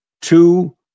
two